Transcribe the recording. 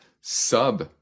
sub